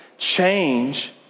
Change